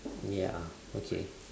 ya okay